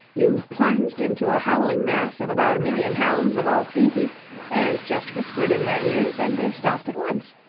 you plunged into a howling mass of about a million hounds of all species and just whispered in their ears and they stopped at once.